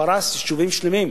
הוא הרס יישובים שלמים,